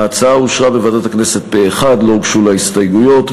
ההצעה אושרה בוועדת הכנסת פה-אחד ולא הוגשו לה הסתייגויות.